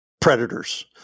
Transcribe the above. predators